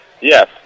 Yes